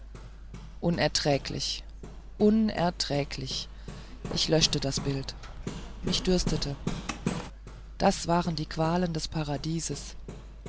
unerträglich unerträglich ich verlöschte das bild mich dürstete das waren die qualen des paradieses